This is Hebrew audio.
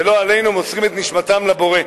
ולא עלינו מוסרים את נשמתם לבורא.